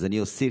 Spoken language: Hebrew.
אז אני אוסיף